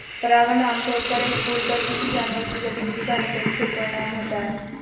परागण आमतौर पर एक फूल पर किसी जानवर की गतिविधि का अनपेक्षित परिणाम होता है